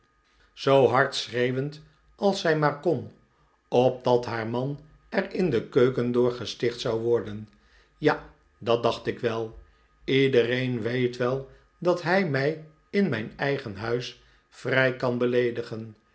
zoo hard schreeuwend als zij maar kon opdat haar man er in de keuken door gesticht zou worden m ja dat dacht ik wel iedereen weet wel dat hij mij in mijn eigen huis vrij kan beleedigen